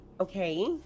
Okay